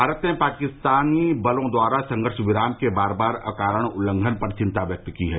भारत ने पाकिस्तानी बलों द्वारा संघर्ष विराम के बार बार अकारण उल्लंघन पर चिंता व्यक्त की है